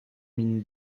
mine